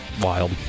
wild